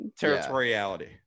Territoriality